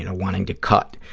you know wanting to cut.